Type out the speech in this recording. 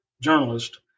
journalist